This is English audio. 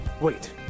wait